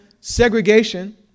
segregation